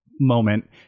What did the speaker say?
moment